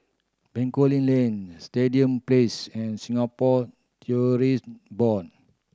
Bencoolen Link Stadium Place and Singapore Tourism Board